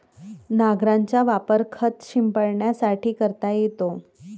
नांगराचा वापर खत शिंपडण्यासाठी करता येतो